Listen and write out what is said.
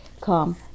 come